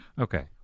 Okay